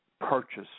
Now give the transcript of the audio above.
Purchase